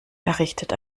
errichtet